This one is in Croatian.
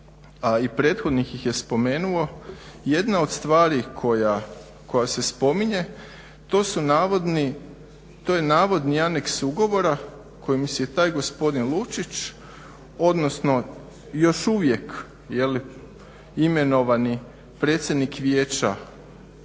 a i prethodnik ih je spomenuo, jedna od stvari koja se spominje, to je navodni aneks ugovora kojim si je taj gospodin Lučić, odnosno još uvijek imenovani predsjednik Vijeća